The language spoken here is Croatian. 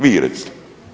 Vi recite.